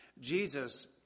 Jesus